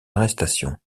arrestation